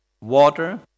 water